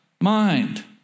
mind